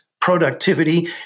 Productivity